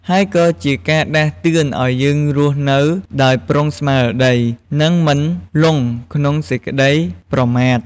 ហើយក៏ជាការដាស់តឿនឲ្យយើងរស់នៅដោយប្រុងស្មារតី និងមិនលង់ក្នុងសេចក្តីប្រមាទ។